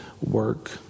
work